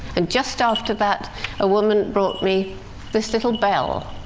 and just after that a woman brought me this little bell,